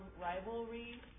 rivalry